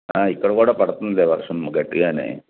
ఇక్కడ కూడా పడుతొందిలే వర్షము గట్టిగానే